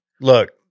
Look